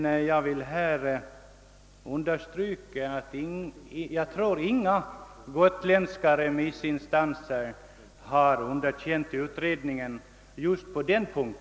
Jag vill emellertid understryka att jag inte tror några gotländska remissinstanser icke har underkänt utredningen på just denna punkt.